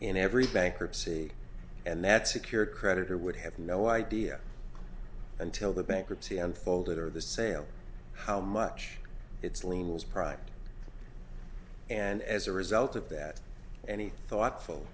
in every bankruptcy and that secured creditor would have no idea until the bankruptcy unfolded or the sale how much its lien was private and as a result of that any thoughtful